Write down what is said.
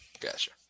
Gotcha